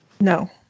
No